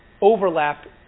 overlap